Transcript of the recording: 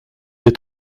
est